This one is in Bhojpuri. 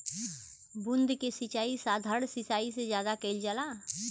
बूंद क सिचाई साधारण सिचाई से ज्यादा कईल जाला